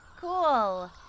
cool